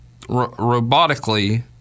robotically